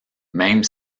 même